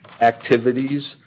activities